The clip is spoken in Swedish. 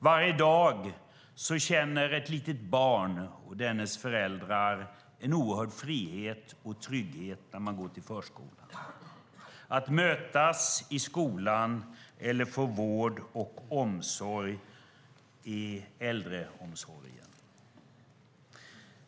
Varje dag känner ett litet barn och barnets föräldrar en oerhörd frihet och trygghet när de går till förskolan. Detsamma gäller när människor möts i skolan eller får vård och omsorg i äldreomsorgen.